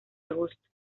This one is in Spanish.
agosto